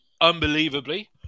unbelievably